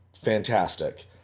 fantastic